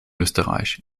österreich